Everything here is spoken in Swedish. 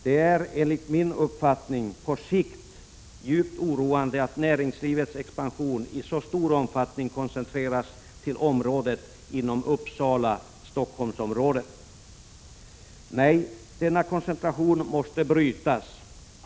Det är, enligt min uppfattning, på sikt djupt oroande att näringslivets expansion i så stor omfattning koncentreras till regionen Uppsala—Stockholms-området. Nej, denna koncentration måste brytas.